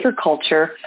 agriculture